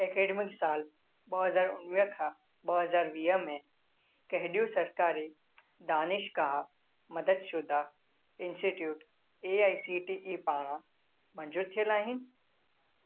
academic साल ॿ हज़ार उणिवीह खां ॿ हज़ार वीह में कहिड़ियूं सरकारी दानिशगाह मददशुदा institute A I C T E पारां मंजूरु थियलु आहिनि